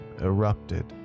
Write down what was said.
erupted